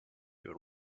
would